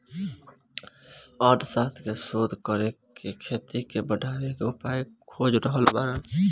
अर्थशास्त्र के शोध करके खेती के बढ़ावे के उपाय खोज रहल बाड़न